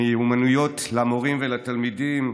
מיומנויות למורים ולתלמידים,